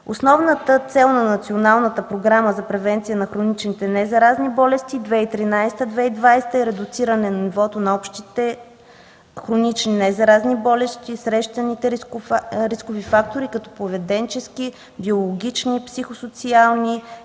Основната цел на Националната програма за превенция на хроничните незаразни болести (2013-2020) е редуциране на нивото на общите хронични незаразни болести и срещаните рискови фактори като поведенчески, биологични, психо-социални и така